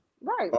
right